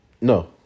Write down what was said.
No